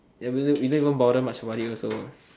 even though we don't bother much about it also